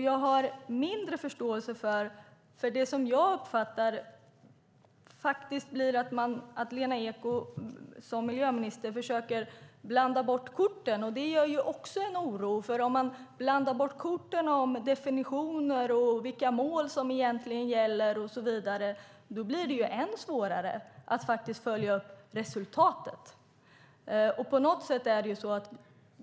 Jag har mindre förståelse för att, som jag uppfattar det, Lena Ek som miljöminister försöker blanda bort korten. Det ger också en oro. Om man blandar bort korten om definitioner, vilka mål som egentligen gäller och så vidare blir det än svårare att följa upp resultatet.